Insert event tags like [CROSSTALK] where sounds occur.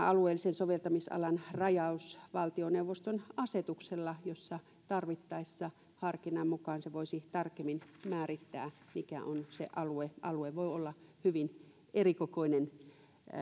[UNINTELLIGIBLE] alueellisen soveltamisalan rajaus on mahdollista esimerkiksi valtioneuvoston asetuksella jossa tarvittaessa harkinnan mukaan voisi tarkemmin määrittää mikä on se alue alue voi olla hyvin erikokoinen